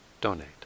donate